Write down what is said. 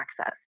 access